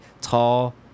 tall